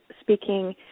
speaking